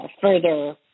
further